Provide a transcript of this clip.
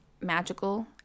magical